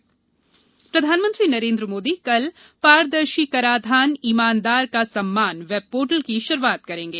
web portal PM प्रधानमंत्री नरेन्द्र मोदी कल पारदर्शी कराधान ईमानदार का सम्मान वेब पोर्टल की शुरूआत करेंगे